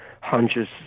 hunches